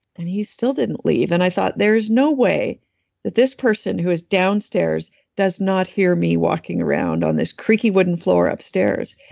and he still didn't leave. and i thought, there's no way that this person who is downstairs does not hear me walking around on this creaky, wooden floor upstairs,